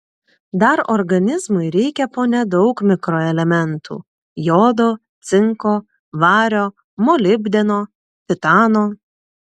dar organizmui reikia po nedaug mikroelementų jodo cinko vario molibdeno titano